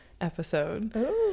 episode